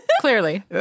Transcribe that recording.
Clearly